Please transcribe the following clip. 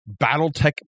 Battletech